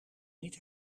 niet